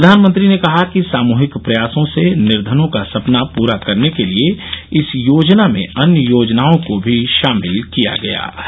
प्रधानमंत्री ने कहा कि सामूहिक प्रयासों से निर्धनों का सपना पूरा करने के लिए इस योजना में अन्य योजनाओं को भी शामिल किया गया है